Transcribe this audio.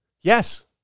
Yes